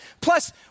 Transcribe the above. Plus